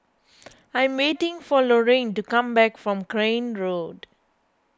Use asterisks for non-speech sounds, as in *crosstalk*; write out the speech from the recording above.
*noise* I am waiting for Lorrayne to come back from Crane Road